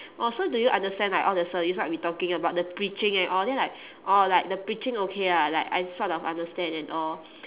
oh so do you understand like all the service what we talking about the preaching and all then like orh like the preaching okay lah like I sort of understand and all